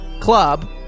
club